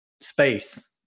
space